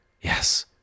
Yes